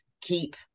keep